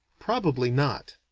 probably not.